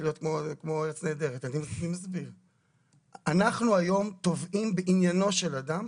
אנחנו היום תובעים בעניינו של אדם,